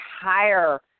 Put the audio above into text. higher –